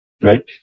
right